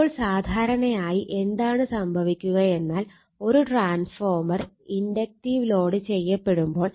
അപ്പോൾ സാധാരണയായി എന്താണ് സംഭവിക്കുകയെന്നാൽ ഒരു ട്രാൻസ്ഫോർമർ ഇൻഡക്ടീവ് ലോഡ് ചെയ്യപ്പെടുമ്പോൾ